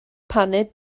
paned